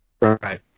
right